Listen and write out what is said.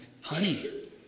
honey